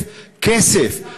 כסף, כסף.